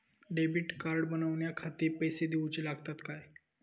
Debit card बनवण्याखाती पैसे दिऊचे लागतात काय?